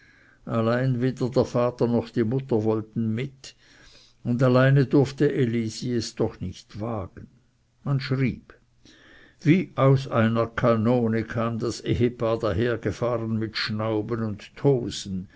allein weder der vater noch die mutter wollten mit und alleine durfte elisi es doch nicht wagen man schrieb wie aus einer kanone kam das ehepaar dahergefahren mit schnauben und tosen